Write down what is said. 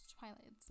Twilight